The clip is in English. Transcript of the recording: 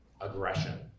aggression